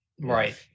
Right